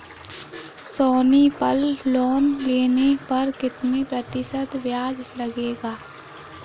सोनी पल लोन लेने पर कितने प्रतिशत ब्याज लगेगा?